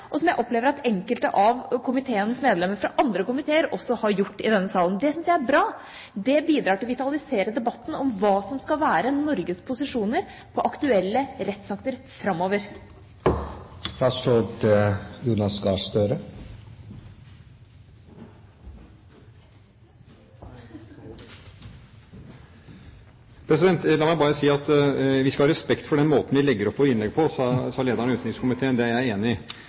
som jeg opplever at enkelte av medlemmene fra andre komiteer også har gjort i denne salen. Det syns jeg er bra. Det bidrar til å vitalisere debatten om hva som skal være Norges posisjoner på aktuelle rettsakter framover. Vi skal ha respekt for den måten vi legger opp våre innlegg på, sa lederen i utenrikskomiteen. Det er jeg enig i. Men la meg da si, når hun to ganger i denne sal har sagt at hun har jo omtalt dette i debatter i